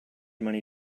money